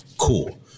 Cool